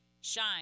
shine